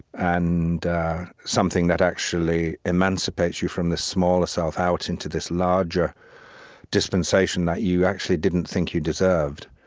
and something that actually emancipates you from this smaller self out into this larger dispensation that you actually didn't think you deserved.